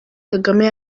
kagame